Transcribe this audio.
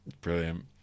Brilliant